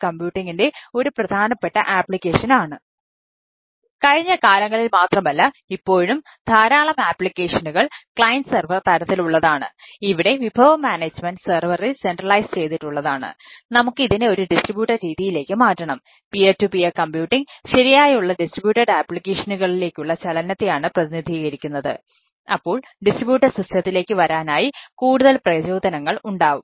കഴിഞ്ഞ കാലങ്ങളിൽ മാത്രമല്ല ഇപ്പോഴും ധാരാളം ആപ്ലിക്കേഷനുകൾ വരാനായി കൂടുതൽ പ്രചോദനങ്ങൾ ഉണ്ടാവും